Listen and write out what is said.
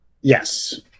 Yes